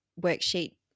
worksheet